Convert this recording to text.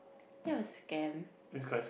that was scam